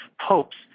popes